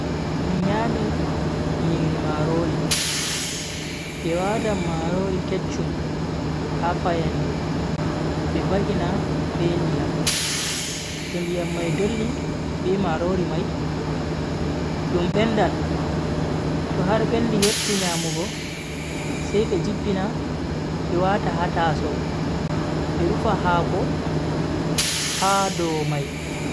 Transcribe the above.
Mi nyami nyiri marori. Be watan marori kecchum ha fayande be va'ina be ndiyam. to ndiyam mai dolli be marori mai, dum bendan to har bendi yotti nyamugo sai be jippina be wata ha tasow be rufa haako ha dow mai.